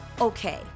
Okay